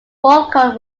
falcone